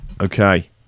Okay